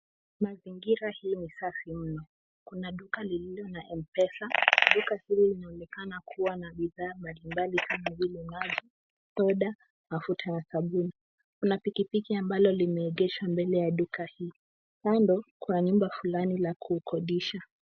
Mazingira hii ni safi mno. Kuna duka lililo na M-Pesa. Duka hili linaonekana kuwa na bidhaa mbalimbali kama vile; maji, soda, mafuta na sabuni. Kuna pikipiki ambalo limeegeshwa mbele ya duka hii. Kando kuna nyumba fulani la kukodisha.